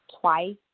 twice